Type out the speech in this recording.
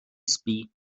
spí